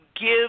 give